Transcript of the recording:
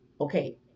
Okay